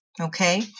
okay